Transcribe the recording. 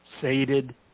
Sated